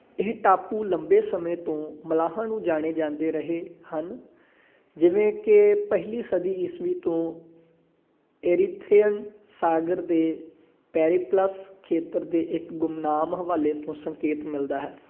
ਇਹ ਟਾਪੂ ਲੰਬੇ ਸਮੇਂ ਤੋਂ ਮਲਾਹਾਂ ਨੂੰ ਜਾਣੇ ਜਾਂਦੇ ਰਹੇ ਹਨ ਜਿਵੇਂ ਕਿ ਪਹਿਲੀ ਸਦੀ ਈਸਵੀ ਤੋਂ ਏਰਿਥਰੇਅਨ ਸਾਗਰ ਦੇ ਪੇਰਿਪਲੱਸ ਖੇਤਰ ਦੇ ਇੱਕ ਗੁਮਨਾਮ ਹਵਾਲੇ ਤੋਂ ਸੰਕੇਤ ਮਿਲਦਾ ਹੈ